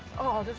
oh, that's